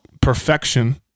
perfection